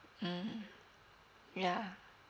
mmhmm yeah